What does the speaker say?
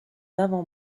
avant